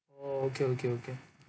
oh okay okay okay